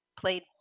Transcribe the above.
played